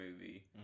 movie